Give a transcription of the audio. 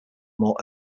more